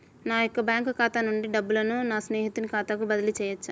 నా యొక్క బ్యాంకు ఖాతా నుండి డబ్బులను నా స్నేహితుని ఖాతాకు బదిలీ చేయవచ్చా?